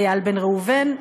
איל בן ראובן,